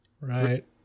Right